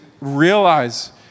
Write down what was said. realize